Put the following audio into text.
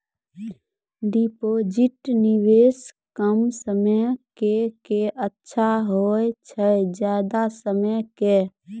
Deposit निवेश कम समय के के अच्छा होय छै ज्यादा समय के?